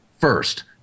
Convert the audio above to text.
first